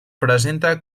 presenta